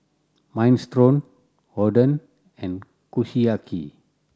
Minestrone Oden and Kushiyaki